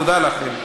תודה לכם.